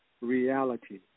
reality